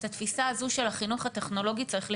את התפיסה הזו של החינוך הטכנולוגי צריך לשנות.